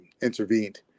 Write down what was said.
intervened